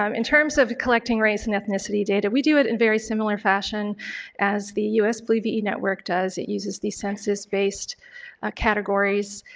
um in terms of collecting race and ethnicity data we do it in a very similar fashion as the us flu ve network does, it uses the census based ah categories